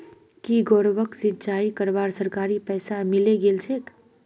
की गौरवक सिंचाई करवार सरकारी पैसा मिले गेल छेक